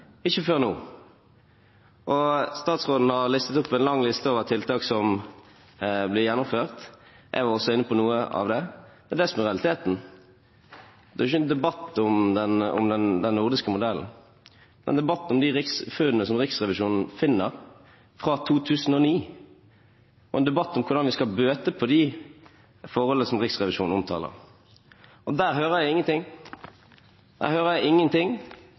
ikke før nå. Statsråden har listet opp en lang liste over tiltak som blir gjennomført – jeg var også inne på noe av det. Det er det som er realiteten. Det er ikke en debatt om den nordiske modellen. Det er en debatt om de funnene som Riksrevisjonen gjør fra 2009, og en debatt om hvordan vi skal bøte på de forholdene som Riksrevisjonen omtaler, og der hører jeg ingenting. Jeg hører ingenting